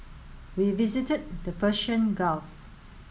we visited the Persian Gulf